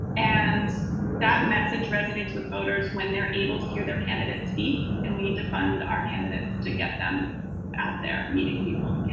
and that message resonates with voters when they're able to hear their candidate speak and we need to fund our candidates to get them out there meeting people. yeah